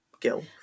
Gil